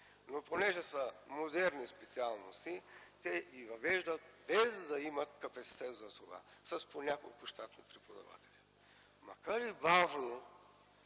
Но понеже са модерни специалности, те ги въвеждат, без да имат капацитет за това – с по няколко щатни преподаватели. Макар и бавно,